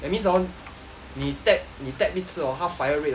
你 tap 你 tap 一次哦它 fire rate orh 是